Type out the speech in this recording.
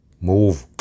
move